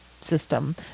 system